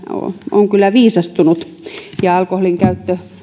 on kyllä viisastunut ja alkoholinkäyttö